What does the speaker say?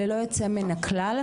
ללא יוצא מן הכלל,